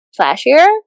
flashier